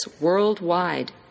worldwide